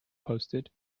posted